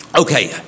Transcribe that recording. Okay